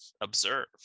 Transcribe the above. observe